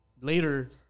later